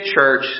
church